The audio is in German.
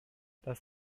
das